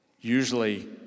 Usually